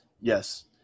Yes